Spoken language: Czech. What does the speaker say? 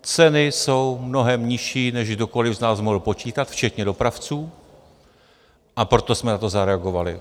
Ceny jsou mnohem nižší, než kdokoli z nás mohl počítat včetně dopravců, a proto jsme na to zareagovali.